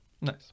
Nice